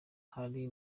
hari